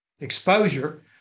exposure